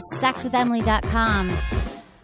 sexwithemily.com